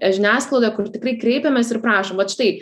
žiniasklaidoje kur tikrai kreipiamės ir prašom vat štai